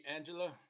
Angela